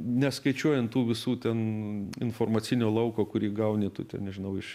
neskaičiuojant tų visų ten informacinio lauko kurį gauni tu ten nežinau iš